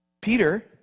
Peter